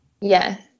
Yes